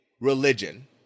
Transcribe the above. religion